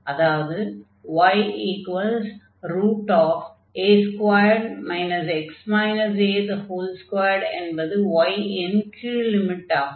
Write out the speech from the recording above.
அதாவது ya2 x a2 என்பது y ன் கீழ் லிமிட்டாகும்